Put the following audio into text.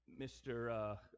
Mr